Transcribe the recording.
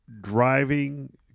driving